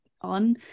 on